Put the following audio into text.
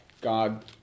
God